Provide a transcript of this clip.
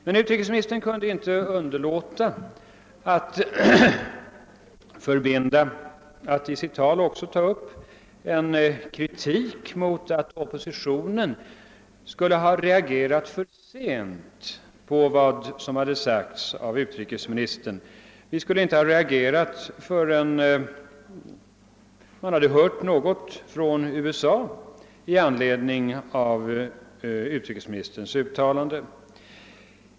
Men utrikesministern kunde inte underlåta att i sitt tal också kritisera oppositionen för att den skulle ha reagerat för sent på vad utrikesministern hade sagt — vi skulle inte ha reagerat förrän vi hade hört någonting från USA i anledning av utrikesministerns uttalande.